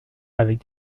avec